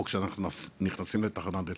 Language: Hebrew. או שאנחנו נכנסים לתחנת דלק,